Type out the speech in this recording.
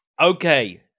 Okay